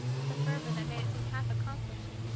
with a fervor that made it seem half accomplished,